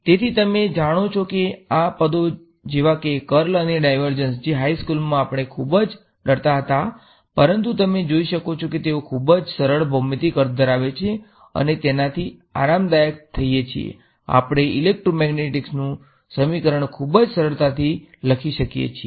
તેથી તમે જાણો છો કે આ પદો જેવા કે કર્લ અને ડાયવર્ઝન જે હાઇ સ્કૂલમાં આપણે ખૂબ જ ડરતા હતા પરંતુ તમે જોઈ શકો છો કે તેઓ ખૂબ જ સરળ ભૌમિતિક અર્થ ધરાવે છે અમે તેનાથી આરામદાયક થઈએ છીએ આપણે ઇલેક્ટ્રોમેગ્નેટિક્સનું સમીકરણ ખૂબ જ સરળતાથી લખી શકીએ છીએ